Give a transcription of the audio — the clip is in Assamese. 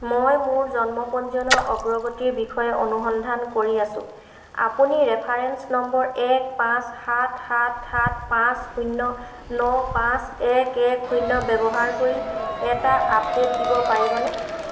মই মোৰ জন্ম পঞ্জীয়নৰ অগ্ৰগতিৰ বিষয়ে অনুসন্ধান কৰি আছো আপুনি ৰেফাৰেঞ্চ নম্বৰ এক পাঁচ সাত সাত সাত পাঁচ শূন্য় ন পাঁচ এক এক শূন্য় ব্যৱহাৰ কৰি এটা আপডেট দিব পাৰিবনে